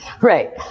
Right